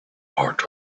part